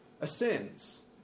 ascends